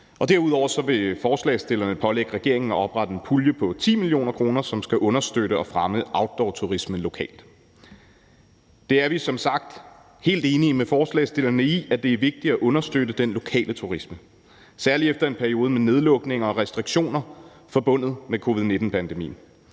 Derudover vil forslagsstillerne pålægge regeringen at oprette en pulje på 10 mio. kr., som skal understøtte og fremme outdoorturisme lokalt. Vi er som sagt helt enige med forslagsstillerne i, at det er vigtigt at understøtte den lokale turisme, særlig efter en periode med nedlukninger og restriktioner forbundet med covid-19-pandemien.